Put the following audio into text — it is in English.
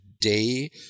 day